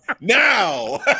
now